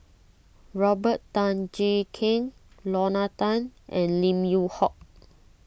Robert Tan Jee Keng Lorna Tan and Lim Yew Hock